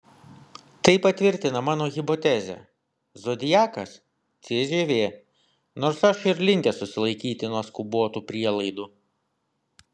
tai patvirtina mano hipotezę zodiakas cžv nors aš ir linkęs susilaikyti nuo skubotų prielaidų